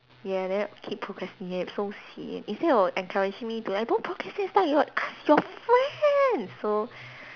ya then keep procrastinate so sian instead of encouraging me girl don't procrastinate start with your ask your friend so